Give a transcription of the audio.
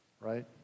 right